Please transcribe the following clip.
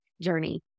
journey